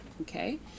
Okay